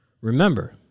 Remember